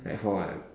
like for what